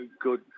good